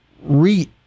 Re